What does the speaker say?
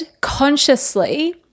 consciously